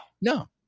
No